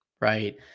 right